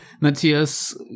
Matthias